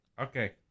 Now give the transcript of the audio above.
Okay